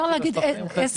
אנחנו מסכימים על זה.